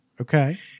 Okay